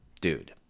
dude